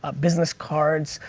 ah business cards,